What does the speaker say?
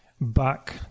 back